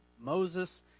Moses